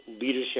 Leadership